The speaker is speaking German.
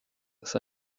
ist